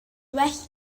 well